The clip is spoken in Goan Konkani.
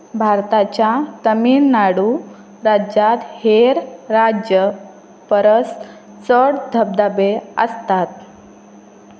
भारताच्या तमिळनाडू राज्यांत हेर राज्य परस चड धबधबे आसतात